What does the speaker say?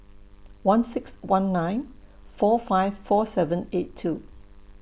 one six one nine four five four seven eight two